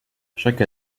chaque